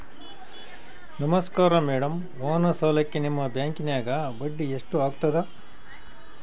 ನಮಸ್ಕಾರ ಮೇಡಂ ವಾಹನ ಸಾಲಕ್ಕೆ ನಿಮ್ಮ ಬ್ಯಾಂಕಿನ್ಯಾಗ ಬಡ್ಡಿ ಎಷ್ಟು ಆಗ್ತದ?